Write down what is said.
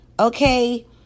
Okay